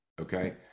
okay